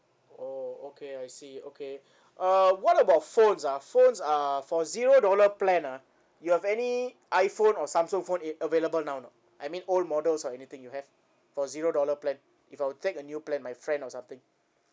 oh okay I see okay uh what about phones ah phones uh for zero dollar plan ah you have any iphone or samsung phone a~ available now or not I mean old models or anything you have for zero dollar plan if I will take a new plan my friend or something